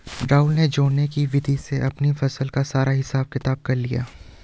राहुल ने जोड़ने की विधि से अपनी फसल का सारा हिसाब किताब कर लिया